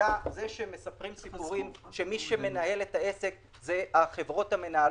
מספרים סיפורים שמי שמנהל את העסק זה החברות המנהלות.